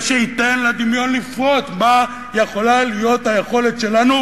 שייתן לדמיון לפרוץ מה יכולה להיות היכולת שלנו,